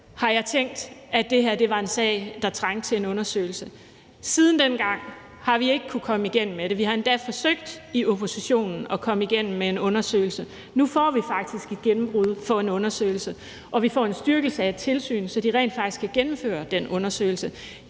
har jeg tænkt, at det her var en sag, der trængte til en undersøgelse. Siden dengang har vi ikke kunnet komme igennem med det. Vi har endda forsøgt i oppositionen at komme igennem med en undersøgelse. Nu får vi faktisk et gennembrud med hensyn til en undersøgelse, og vi får en styrkelse af et tilsyn, så de rent faktisk kan gennemføre den undersøgelse.